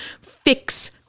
fix